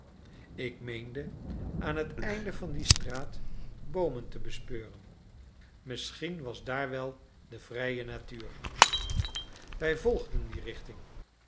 ik meende aan het einde van die straat boomen te bespeuren misschien was daar wel de vrije natuur wij volgden die richting